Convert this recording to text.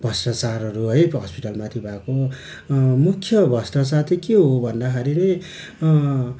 भष्ट्राचारहरू है हस्पिटलमाथि भएको मुख्य भष्ट्राचार चाहिँ के हो भन्दाखेरि नि